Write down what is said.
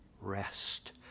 rest